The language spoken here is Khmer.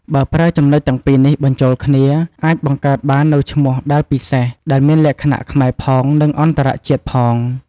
បើប្រើចំណុចទាំងពីរនេះបញ្ចូលគ្នា អាចបង្កើតបាននូវឈ្មោះដែលពិសេស ដែលមានលក្ខណៈខ្មែរផង និង អន្តរជាតិផង។